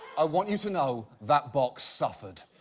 i want you to know that box suffered.